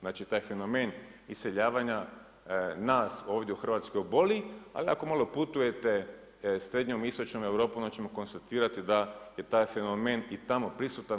Znači taj fenomen iseljavanja nas ovdje u Hrvatskoj boli, ali ako malo putujete srednjom i istočnom Europom onda ćemo konstatirati da je taj fenomen i tamo prisutan.